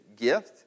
gift